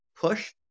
push